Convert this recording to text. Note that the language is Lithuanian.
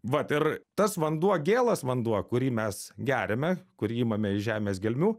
vat ir tas vanduo gėlas vanduo kurį mes geriame kurį imame iš žemės gelmių